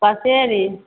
पसेरी